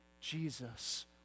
Jesus